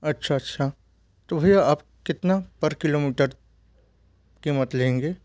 अच्छा अच्छा तो भैया आप कितना पर किलोमीटर कीमत लेंगे